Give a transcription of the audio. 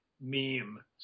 meme